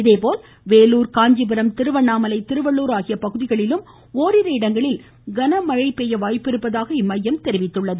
இதேபோல் வேலூர் காஞ்சிபுரம் திருவண்ணாமலை திருவள்ளூர் ஆகிய பகுதிகளிலும் ஓரிரு இடங்களில் கன மழை பெய்ய வாய்ப்பிருப்பதாக அம்மையம் மேலும் தெரிவித்துள்ளது